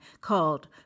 called